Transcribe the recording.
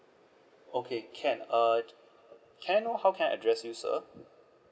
okay can uh can I know how can I address you sir